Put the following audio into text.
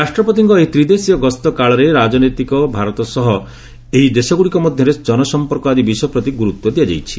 ରାଷ୍ଟ୍ରପତିଙ୍କ ଏହି ତ୍ରିଦେଶୀୟ ଗସ୍ତ କାଳରେ ରାଜନୈତିକ ଭାରତ ସହ ଏହି ଦେଶଗୁଡ଼ିକ ମଧ୍ୟରେ ଜନସମ୍ପର୍କ ଆଦି ବିଷୟ ପ୍ରତି ଗୁରୁତ୍ୱ ଦିଆଯାଇଛି